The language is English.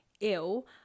ill